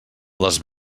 les